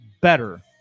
better